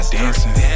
dancing